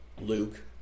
Luke